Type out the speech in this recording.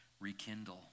rekindle